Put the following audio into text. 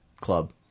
club